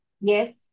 yes